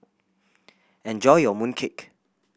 enjoy your mooncake